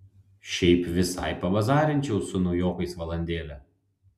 šiaip visai pabazarinčiau su naujokais valandėlę